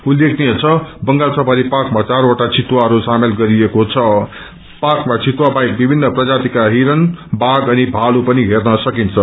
उल्लेखनीय छ बंगाल सफारी पार्कमा चारवटा चितुवाहरू सामेल गरिएको पार्कमा चितुवा बाहेक विभिन्न प्रजातिका हिरण बाय अनि भालु पनि हेर्न सकिन्छ